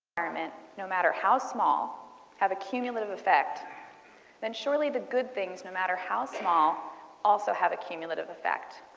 um and no matter how small have a cumulative effect then surely the good things, no matter how small also have a cumulative effect.